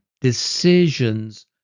decisions